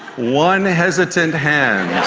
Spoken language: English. one hesitant hand.